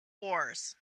wars